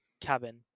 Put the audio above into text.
cabin